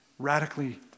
radically